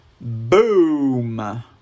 Boom